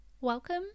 welcome